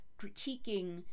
critiquing